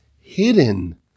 hidden